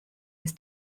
his